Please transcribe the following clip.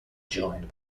joined